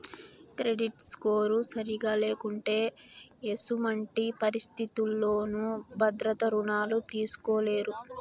credit score సరిగా లేకుంటే ఎసుమంటి పరిస్థితుల్లోనూ భద్రత రుణాలు తీస్కోలేరు